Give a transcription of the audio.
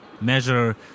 measure